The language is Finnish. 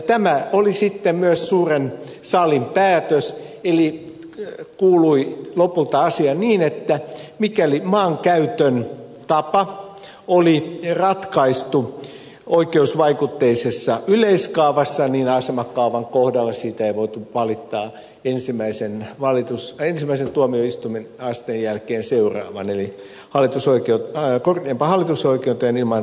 tämä oli sitten myös suuren salin päätös eli asia kuului lopulta niin että mikäli maankäytön tapa oli ratkaistu oikeusvaikutteisessa yleiskaavassa niin asemakaavan kohdalla siitä ei voitu valittaa ensimmäisen tuomioistuinasteen jälkeen seuraavaan eli korkeimpaan hallinto oikeuteen ilman valituslupaa